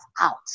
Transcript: out